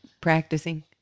practicing